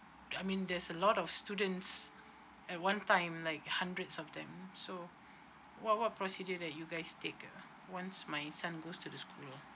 I mean there's a lot of students at one time like hundreds of them so what what procedure that you guys take [ah[] once my son goes to the school